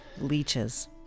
Leeches